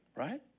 right